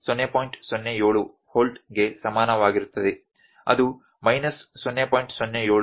07V ಗೆ ಸಮಾನವಾಗಿರುತ್ತದೆ ಅದು ಮೈನಸ್ 0